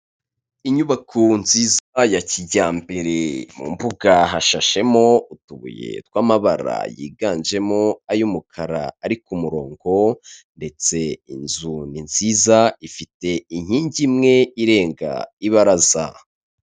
Inyubako nziza ya kijyambere, mu mbuga hashashemo utubuye tw'amabara yiganjemo ay'umukara ari ku murongo ndetse inzu ni nziza ifite inkingi imwe irenga ibaraza.